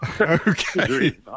Okay